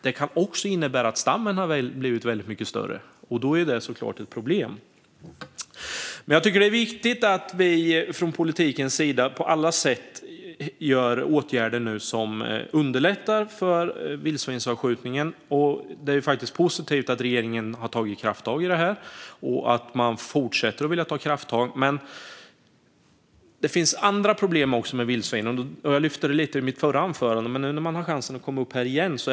Det kan också innebära att stammen har blivit väldigt mycket större, och då är det såklart ett problem. Jag tycker att det är viktigt att vi från politikens sida nu på alla sätt vidtar åtgärder som underlättar vildsvinsavskjutningen. Det är positivt att regeringen har tagit krafttag här och fortsätter vilja ta krafttag. Det finns dock andra problem med vildsvinen. Jag lyfte detta lite grann i den förra interpellationsdebatten, men nu fick jag ju chansen att komma upp i talarstolen igen.